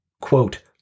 quote